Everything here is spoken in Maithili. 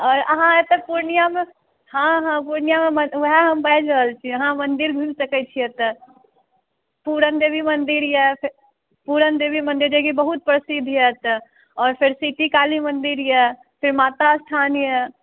आओर अहाँ एतऽ पुर्णियामे हँ हँ पुर्णियामे वएह हम बाजि रहल छियै अहाँ मन्दिर घुमि सकै छी एतऽ पूरण देवी मन्दिर यऽ फेर पूरन देवी जेकि बहुत प्रसिद्ध मंदिर यऽ एतऽ आओर फेर सिटी काली मन्दिर यऽ फेर माता स्थान यऽ